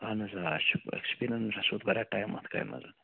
اَہَن حظ آ اَسہِ چھِ أسۍ گٔے نا اَسہِ ووت واریاہ ٹایِم اَتھ کامہِ منٛز حظ